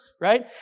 Right